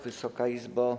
Wysoka Izbo!